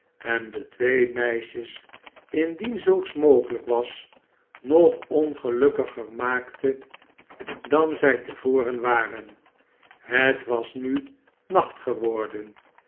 en de twee meisjes indien zulks mogehjk was nog ongelukkiger maakte dan zij te voren waren het was nu nacht geworden